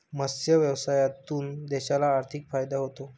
मत्स्य व्यवसायातून देशाला आर्थिक फायदा होतो